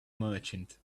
merchant